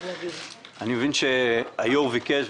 אני מבין שהיושב-ראש ביקש,